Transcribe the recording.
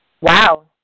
Wow